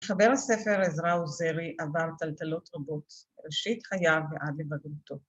מחבר הספר עזרא עוזרי עבר טלטלות רבות, מראשית חייו ועד לבגרותו.